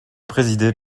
présidé